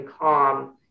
calm